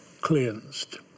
cleansed